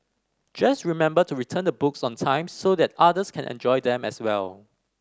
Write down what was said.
just remember to return the books on time so that others can enjoy them as well